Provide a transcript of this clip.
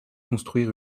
construire